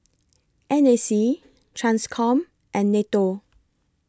N A C TRANSCOM and NATO